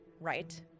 right